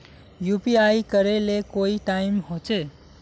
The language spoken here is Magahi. यु.पी.आई करे ले कोई टाइम होचे?